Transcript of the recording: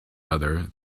other